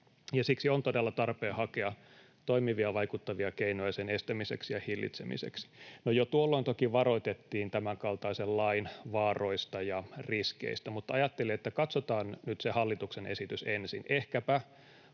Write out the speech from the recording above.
siksi on todella tarpeen hakea toimivia, vaikuttavia keinoja sen estämiseksi ja hillitsemiseksi. No, jo tuolloin toki varoitettiin tämänkaltaisen lain vaaroista ja riskeistä, mutta ajattelin, että katsotaan nyt se hallituksen esitys ensin. Ehkäpä